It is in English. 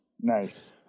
Nice